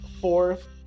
fourth